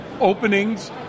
openings